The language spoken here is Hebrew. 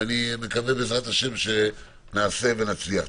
אני מקווה בעזרת השם שנעשה ונצליח.